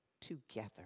together